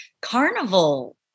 carnival